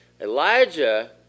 Elijah